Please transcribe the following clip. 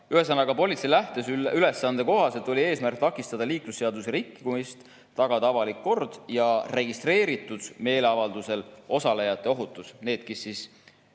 Ühesõnaga, politsei lähteülesande kohaselt oli eesmärk takistada liiklusseaduse rikkumist, tagada avalik kord ja registreeritud meeleavaldusel osalejate ohutus. Pean silmas